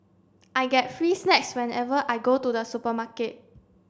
I get free snacks whenever I go to the supermarket